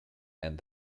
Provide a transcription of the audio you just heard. and